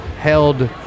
held